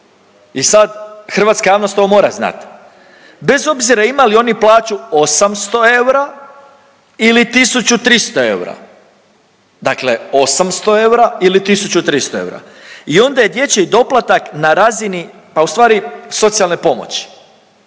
I sad hrvatska javnost ovo mora znat, bez obzira ima li oni plaću 800 eura ili 1.300 eura, dakle 800 eura ili 1.300 eura i onda je dječji doplatak na razini pa u stvari socijalne pomoći,